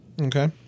Okay